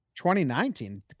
2019